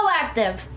proactive